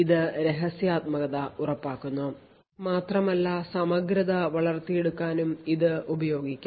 ഇത് രഹസ്യാത്മകത ഉറപ്പാക്കുന്നു മാത്രമല്ല സമഗ്രത വളർത്തിയെടുക്കാനും ഇത് ഉപയോഗിക്കാം